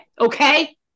okay